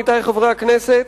עמיתי חברי הכנסת,